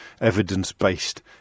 evidence-based